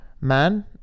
Man